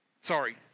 Sorry